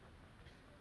in the ukulele